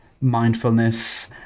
mindfulness